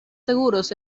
seguros